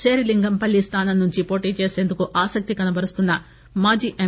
శేర్లింగంపల్లి స్దానం నుండి పోటీ చేసేందుకు ఆసక్తి కనబరుస్తున్న మాజీ ఎమ్